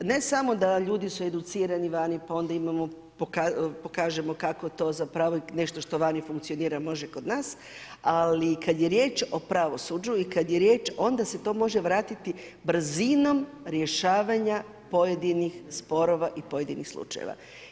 Ne samo da ljudi se educirani vani, pa onda imamo, pokažemo kako to zapravo, i nešto što vani funkcionira može i kod nas, ali kada je riječ o pravosuđu i kada je riječ, onda se to može vratiti brzinom rješavanja pojedinih sporova i pojedinih slučajeva.